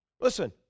listen